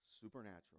supernatural